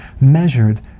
measured